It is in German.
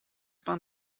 bahn